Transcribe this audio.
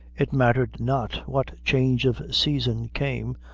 it mattered not what change of season came,